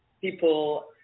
people